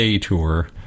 tour